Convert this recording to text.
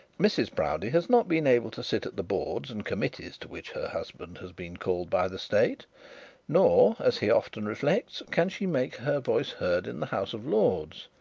mrs proudie has not been able to sit at the boards and committees to which her husband has been called by the state nor, as he often reflects, can she make her voice heard in the house of lords.